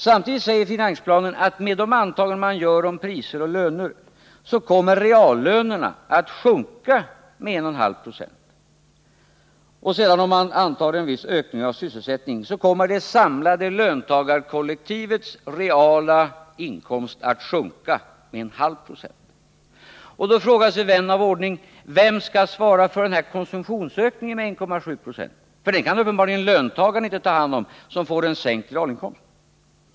Samtidigt säger finansplanen att med de antaganden som görs om priser och löner kommer reallönerna att sjunka med 1,5 20. Om man sedan antar att det sker en viss ökning av sysselsättningen kommer det samlade löntagarkollektivets reala inkomst att sjunka med 0,5 20. Då frågar sig vän av ordning: Vem skall svara för konsumtionsökningen med 1,7 20? Den kan ju uppenbarligen inte löntagaren ta hand om som får en sänkt realinkomst.